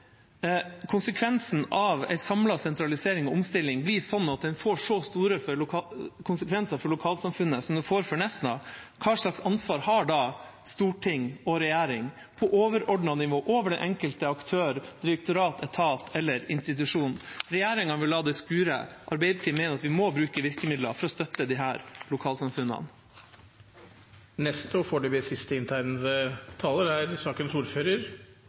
konsekvensen av en samlet sentralisering og omstilling får så store konsekvenser for lokalsamfunnet som det får for Nesna – hvilket ansvar har da storting og regjering på et overordnet nivå, over den enkelte aktør, direktorat, etat eller institusjon? Regjeringa vil la det skure – Arbeiderpartiet mener at vi må bruke virkemidler for å støtte disse lokalsamfunnene. Jeg tror også på utdanning og